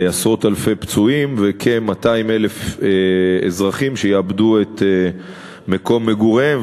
עשרות אלפי פצועים וכ-200,000 אזרחים שיאבדו את מקום מגוריהם,